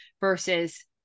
versus